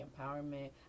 Empowerment